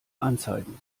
anzeigen